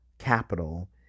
capital